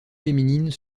féminines